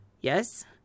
Yes